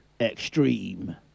Extreme